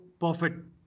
perfect